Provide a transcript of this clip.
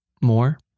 more